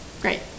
Great